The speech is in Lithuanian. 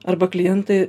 arba klientai